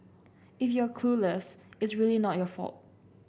if you're clueless it's really not your fault